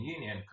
Union